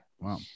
Wow